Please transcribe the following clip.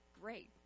great